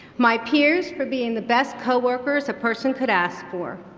my peers for being the best coworkers a person could ask for.